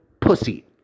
Pussy